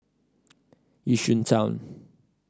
Yishun Town